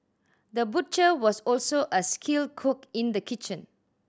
the butcher was also a skilled cook in the kitchen